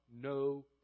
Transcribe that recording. no